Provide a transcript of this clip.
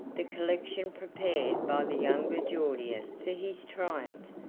the collection prepared by the younger gordian for his triumph,